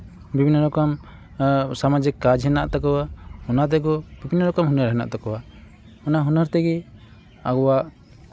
ᱵᱤᱵᱷᱤᱱᱱᱚ ᱨᱚᱠᱚᱢ ᱥᱟᱢᱟᱡᱤᱠ ᱠᱟᱡᱽ ᱦᱮᱱᱟᱜ ᱛᱟᱠᱚᱣᱟ ᱚᱱᱟ ᱛᱮᱠᱚ ᱵᱤᱵᱷᱤᱱᱱᱚ ᱨᱚᱠᱚᱢ ᱦᱩᱱᱟᱹᱨ ᱦᱮᱱᱟᱜ ᱛᱟᱠᱚᱣᱟ ᱚᱱᱟ ᱦᱩᱱᱟᱹᱨ ᱛᱮᱜᱮ ᱟᱵᱚᱣᱟᱜ